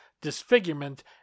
disfigurement